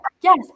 yes